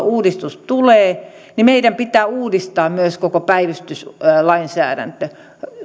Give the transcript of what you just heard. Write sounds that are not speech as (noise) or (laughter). (unintelligible) uudistus tulee niin meidän pitää uudistaa myös koko päivystyslainsäädäntö